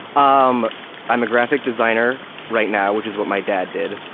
um i'm a graphic designer right now, which is what my dad did,